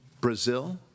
Brazil